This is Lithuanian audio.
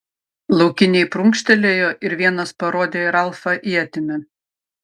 laukiniai prunkštelėjo ir vienas parodė į ralfą ietimi